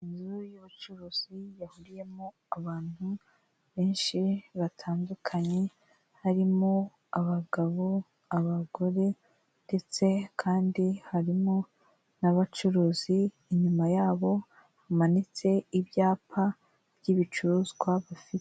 Inzu y'ubucuruzi yahuriyemo abantu benshi batandukanye, harimo abagabo, abagore ndetse kandi harimo n'abacuruzi inyuma yabo bamanitse ibyapa by'ibicuruzwa bafite.